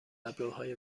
ابروهای